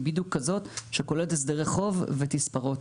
היא בדיוק כזאת שכוללת הסדרי חוב ותספורות.